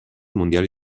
mondiale